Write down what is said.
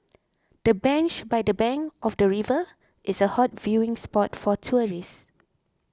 the bench by the bank of the river is a hot viewing spot for tourists